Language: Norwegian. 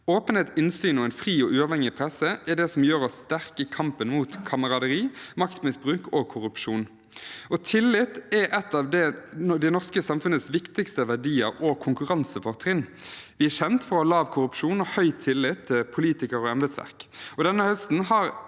Åpenhet, innsyn og en fri og uavhengig presse er det som gjør oss sterke i kampen mot kameraderi, maktmisbruk og korrupsjon. Tillit er blant det norske samfunnets viktigste verdier og konkurransefortrinn. Vi er kjent for å ha lav korrupsjon og høy tillit til politikere og embetsverk.